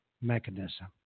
mechanism